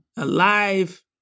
Alive